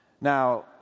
Now